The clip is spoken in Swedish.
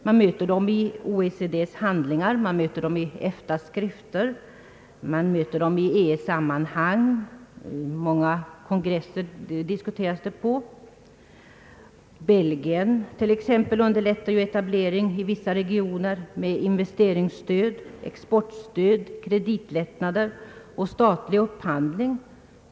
Vi möter dessa frågor i OECD:s handlingar, i EFTA:s skrifter och i EEC-sammanhang, och de diskuteras på många kongresser. Belgien exempelvis underlättar etablering i vissa regioner med investeringsstöd, export stöd, kreditlättnader och statlig upphandling.